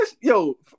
Yo